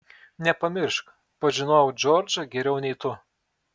nepamiršk pažinojau džordžą geriau nei tu